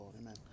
amen